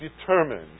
determined